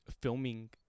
filming